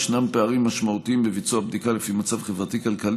נמצאו פערים משמעותיים בביצוע הבדיקה לפי מצב חברתי-כלכלי,